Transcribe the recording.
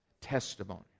Testimony